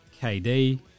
KD